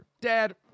Dad